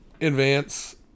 advance